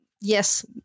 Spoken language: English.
yes